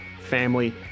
family